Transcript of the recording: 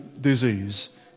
disease